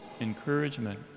encouragement